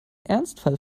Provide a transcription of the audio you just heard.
ernstfall